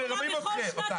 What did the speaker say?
מרמים אתכם.